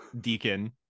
deacon